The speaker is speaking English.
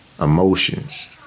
Emotions